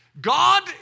God